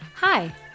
Hi